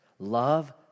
Love